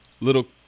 little